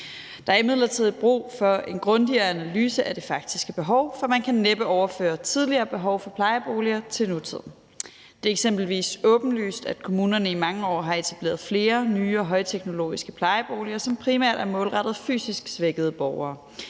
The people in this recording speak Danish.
Der er imidlertid brug for en grundigere analyse af det faktiske behov, for man kan næppe overføre tidligere behov for plejeboliger til nutiden. Det er eksempelvis åbenlyst, at kommunerne i mange år har etableret flere nye og højteknologiske plejeboliger, som primært er målrettet fysisk svækkede borgere.